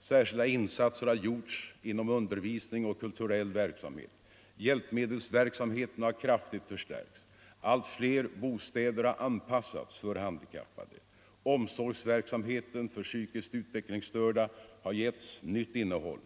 Särskilda insatser har gjorts inom undervisning Onsdagen den och kulturell verksamhet. Hjälpmedelsverksamheten har kraftigt för 4 december 1974 stärkts. Allt fler bostäder har anpassats för handikappade. Omsorgsverksamheten för psykiskt utvecklingsstörda har getts nytt innehåll.